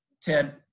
Ted